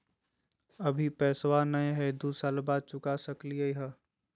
अभि पैसबा नय हय, दू साल बाद चुका सकी हय?